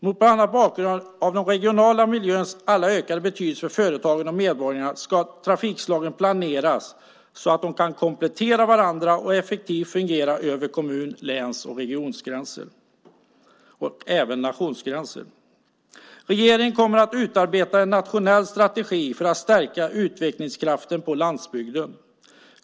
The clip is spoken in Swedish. Bland annat mot bakgrund av den regionala miljöns ökande betydelse för företagen och medborgarna ska trafikslagen planeras så att de kan komplettera varandra och effektivt fungera över kommun-, läns och regiongränser och även nationsgränser. Regeringen kommer att utarbeta en nationell strategi för att stärka utvecklingskraften på landsbygden.